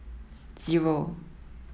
zero